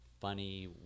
funny